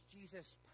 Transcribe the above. Jesus